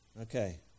Okay